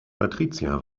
patricia